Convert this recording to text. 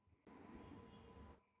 Insurance ಮಾಡೋದ್ರಿಂದ ಏನು ಲಾಭವಿರುತ್ತದೆ?